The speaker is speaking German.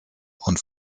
und